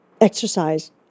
exercise